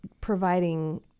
providing